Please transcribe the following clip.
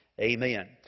Amen